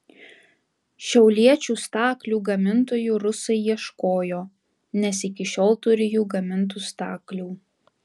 šiauliečių staklių gamintojų rusai ieškojo nes iki šiol turi jų gamintų staklių